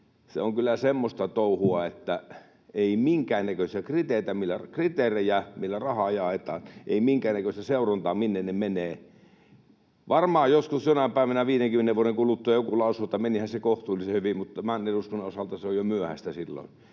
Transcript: se on kyllä semmoista touhua, että ei minkäännäköisiä kriteerejä, millä rahaa jaetaan, ei minkäännäköistä seurantaa, minne ne menevät. Varmaan joskus jonain päivänä 50 vuoden kuluttua joku lausuu, että menihän se kohtuullisen hyvin, mutta tämän eduskunnan osalta se on jo myöhäistä silloin.